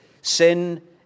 sin